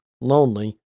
lonely